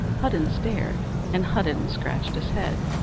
hudden stared and hudden scratched his head,